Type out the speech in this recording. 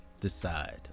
Decide